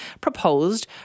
proposed